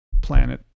planet